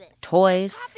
toys